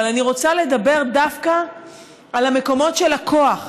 אבל אני רוצה לדבר דווקא על המקומות של הכוח,